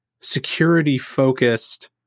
security-focused